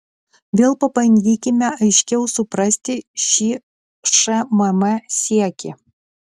vėl pabandykime aiškiau suprasti šį šmm siekį